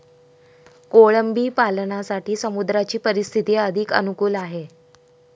कोळंबी पालनासाठी समुद्राची परिस्थिती अधिक अनुकूल आहे